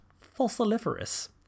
Fossiliferous